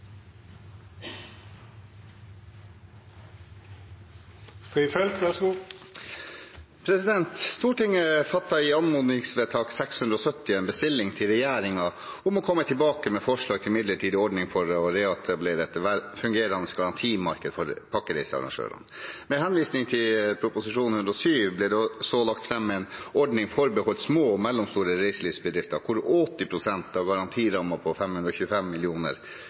Stortinget ga i anmodningsvedtak 670 en bestilling til regjeringen om å komme tilbake med forslag til en midlertidig ordning for å reetablere et velfungerende garantimarked for pakkereisearrangørene. Med henvisning til Prop. 107 for 2020–2021 ble det så lagt fram en ordning forbeholdt små og mellomstore reiselivsbedrifter der 80 pst. av garantirammen på 525